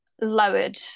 lowered